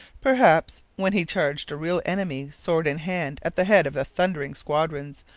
perhaps when he charged a real enemy, sword in hand, at the head of thundering squadrons,